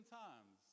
times